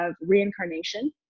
reincarnation